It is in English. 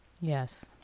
yes